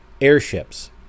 airships